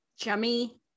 chummy